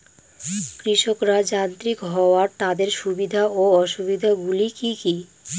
কৃষকরা যান্ত্রিক হওয়ার তাদের সুবিধা ও অসুবিধা গুলি কি কি?